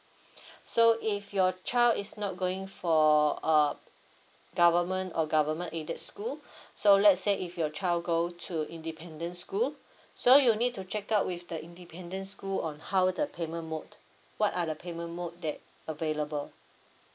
so if your child is not going for err government or government aided school so let's say if your child go to independent school so you need to check out with the independent school on how the payment mode what are the payment mode that available